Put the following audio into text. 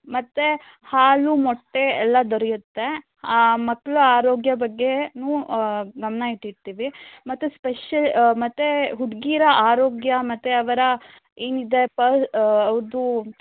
ಮತ್ತು ಹಾಲು ಮೊಟ್ಟೆ ಎಲ್ಲ ದೊರಿಯುತ್ತೆ ಮಕ್ಕಳ ಆರೋಗ್ಯ ಬಗ್ಗೆನು ಗಮನ ಇಟ್ಟಿರ್ತಿವಿ ಮತ್ತು ಸ್ಪೆಶಲಿ ಮತ್ತು ಹುಡುಗಿಯರ ಆರೋಗ್ಯ ಮತ್ತು ಅವರ ಏನಿದೆ ಪರ್ ಅವ್ರದ್ದು